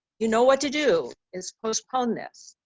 you know what to do. it's postpone this.